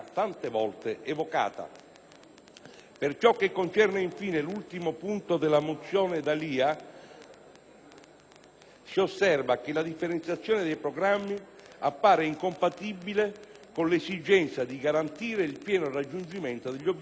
Per ciò che concerne, infine, l'ultimo punto della mozione D'Alia, si osserva che la differenziazione dei programmi appare incompatibile con l'esigenza di garantire il pieno raggiungimento degli obiettivi formativi di tutti gli studenti.